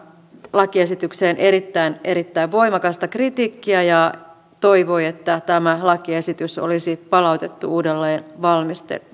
lakiesitykseen erittäin erittäin voimakasta kritiikkiä ja toivoi että tämä lakiesitys olisi palautettu uudelleenvalmisteltavaksi